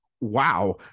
wow